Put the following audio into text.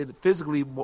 physically